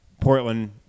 Portland